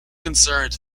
concerned